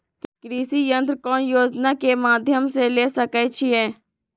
कृषि यंत्र कौन योजना के माध्यम से ले सकैछिए?